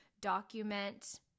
document